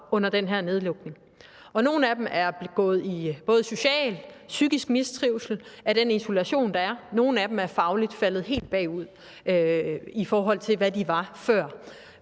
under den her nedlukning, og nogle af dem er havnet i både social og psykisk mistrivsel af den isolation, der er, og nogle af dem er fagligt faldet helt bagud, i forhold til hvad de var før.